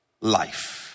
life